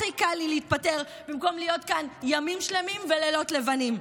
הכי קל לי להתפטר במקום להיות כאן ימים שלמים ולילות לבנים,